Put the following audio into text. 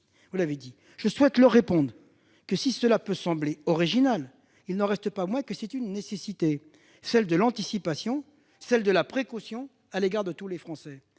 Oui ! Je souhaite leur répondre que, si cela peut sembler original, il n'en reste pas moins que c'est une nécessité. Celle de l'anticipation, celle de la précaution à l'égard de tous les Français.